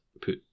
put